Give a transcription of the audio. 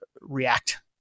react